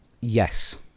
yes